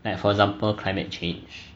like for example climate change